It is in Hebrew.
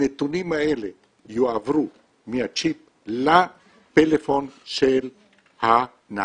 הנתונים האלה יועברו מהצ'יפ לפלאפון של הנהג,